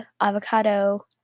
avocado